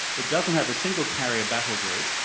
it doesn't have a single carrier battle group.